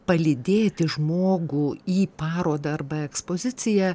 palydėti žmogų į parodą arba ekspoziciją